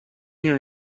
non